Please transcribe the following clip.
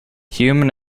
human